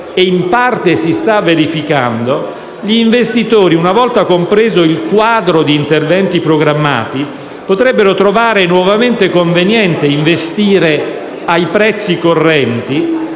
e in parte si sta verificando - è che gli investitori, una volta compreso il quadro di interventi programmati, potrebbero trovare nuovamente conveniente investire ai prezzi correnti